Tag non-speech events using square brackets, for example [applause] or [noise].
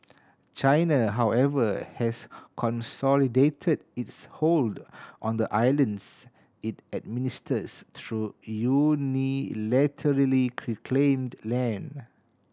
China however has consolidated its hold on the islands it administers through unilaterally [unintelligible] claimed land